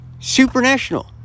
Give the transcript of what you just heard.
supernational